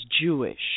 Jewish